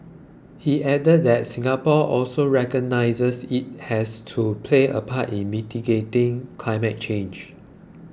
he added that Singapore also recognises it has to play a part in mitigating climate change